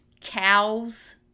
Cows